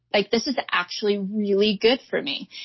like this is actually really good for me.